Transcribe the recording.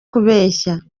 kubeshya